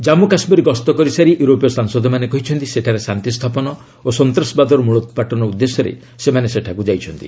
ଜନ୍ମୁ କାଶ୍ମୀର ଗସ୍ତ କରିସାରି ୟୁରୋପୀୟ ସାଂସଦମାନେ କହିଛନ୍ତି ସେଠାରେ ଶାନ୍ତି ସ୍ଥାପନ ଓ ସନ୍ତାସବାଦର ମୃଳୋତ୍ପାଟନ ଉଦ୍ଦେଶ୍ୟରେ ସେମାନେ ସେଠାକୁ ଯାଇଛନ୍ତି